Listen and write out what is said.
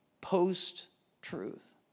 Post-truth